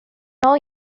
know